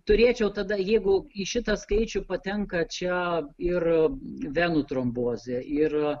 turėčiau tada jeigu į šitą skaičių patenka čia ir venų trombozė ir